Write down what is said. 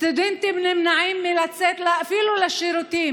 סטודנטים נמנעים לצאת אפילו לשירותים.